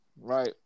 Right